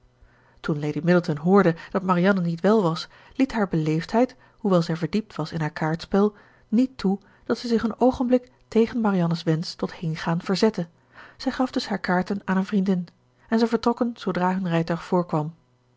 toen lady middleton hoorde dat marianne niet wel was liet haar beleefdheid hoewel zij verdiept was in haar kaartspel niet toe dat zij zich een oogenblik tegen marianne's wensch tot heengaan verzette zij gaf dus haar kaarten aan een vriendin en zij vertrokken zoodra hun rijtuig voorkwam